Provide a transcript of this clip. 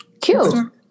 Cute